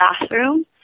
bathroom